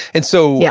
and so, yeah